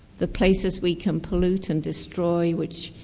the places we can pollute and destroy which,